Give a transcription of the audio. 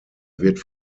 wird